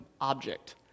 object